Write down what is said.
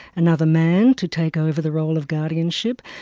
another man to take over the role of guardianship.